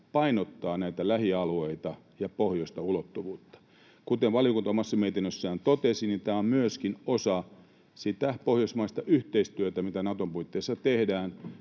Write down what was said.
painottaa näitä lähialueita ja pohjoista ulottuvuutta. Kuten valiokunta omassa mietinnössään totesi, tämä on myöskin osa sitä pohjoismaista yhteistyötä, mitä Naton puitteissa tehdään.